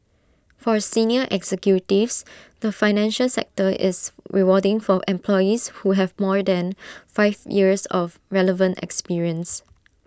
for senior executives the financial sector is rewarding for employees who have more than five years of relevant experience